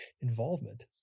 involvement